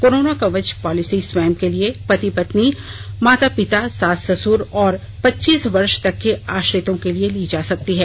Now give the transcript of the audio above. corona Kavach policy स्वयं के लिए पति और पत्नी माता पिता सांस सुर और पच्चीस वर्ष तक के आश्रित बच्चों के लिए ली जा सकती है